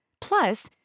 Plus